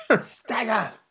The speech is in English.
Stagger